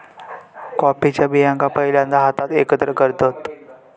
कॉफीच्या बियांका पहिल्यांदा हातात एकत्र करतत